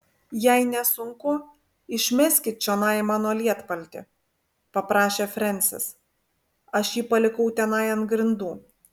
jei nesunku išmeskit čionai mano lietpaltį paprašė frensis aš jį palikau tenai ant grindų